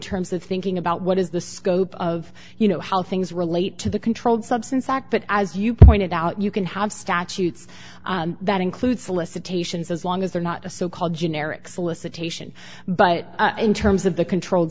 terms of thinking about what is the scope of you know how things relate to the controlled substance act but as you pointed out you can have statutes that include solicitations as long as they're not a so called generic solicitation but in terms of the controlled